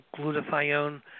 glutathione